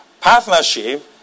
Partnership